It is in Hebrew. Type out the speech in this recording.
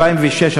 ב-2006,